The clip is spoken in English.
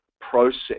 process